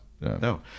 no